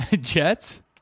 Jets